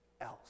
else